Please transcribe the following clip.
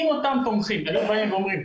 אם אותם תומכים היו באים ואומרים,